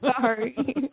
Sorry